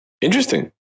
Interesting